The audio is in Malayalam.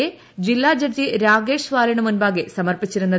എ ജില്ലാ ജഡ്ജി രാകേഷ് സ്വാലിന് മുമ്പാകെ സമർപ്പിച്ചിരുന്നത്